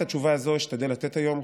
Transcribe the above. את התשובה הזו אשתדל לתת היום,